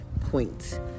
points